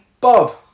Bob